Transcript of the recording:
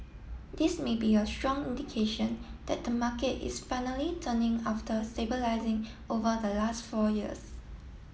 this may be a strong indication that the market is finally turning after stabilising over the last four years